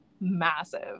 massive